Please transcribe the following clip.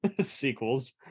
sequels